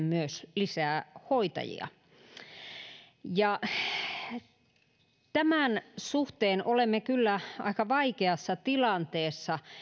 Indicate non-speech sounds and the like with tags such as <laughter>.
<unintelligible> myös lisää hoitajia tämän suhteen olemme kyllä aika vaikeassa tilanteessa